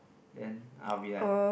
then I'll be like